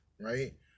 right